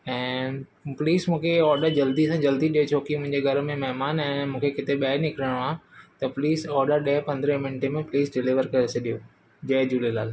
ऐं प्लीज़ मूंखे हीउ ऑडर जल्दी सां जल्दी ॾिजो की मुंहिंजे घर में महिमान आया आहिनि मूंखे किथे ॿाहिरि निकिरिणो आहे त प्लीज़ ऑडर ॾहें पंदरहें मिंटें में प्लीज़ डिलीवर करे छॾियो जय झूलेलाल